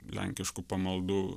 lenkiškų pamaldų